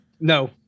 No